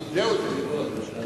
זהו זה.